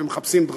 ומחפשים דרכים.